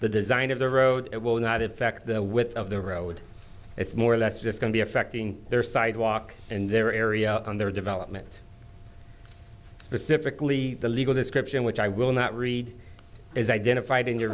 the design of the road it will not effect the width of the road it's more or less just going to be affecting their sidewalk and their area on their development specifically the legal description which i will not read is identified in your